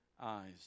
eyes